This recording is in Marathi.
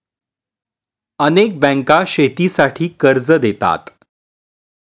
अनेक बँका शेतीसाठी कर्ज देतात